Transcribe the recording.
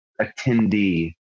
attendee